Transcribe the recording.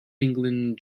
england